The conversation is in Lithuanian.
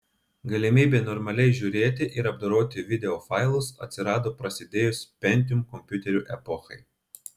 galimybė normaliai žiūrėti ir apdoroti videofailus atsirado prasidėjus pentium kompiuterių epochai